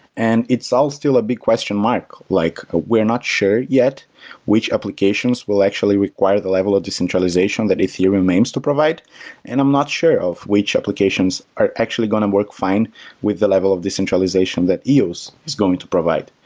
and it's all still a big question mark. like ah we're not sure yet which applications will actually require the level of decentralization that ethereum aims to provide and i'm not sure of which applications are actually going to work fine with the level of decentralization that eos is going to provide.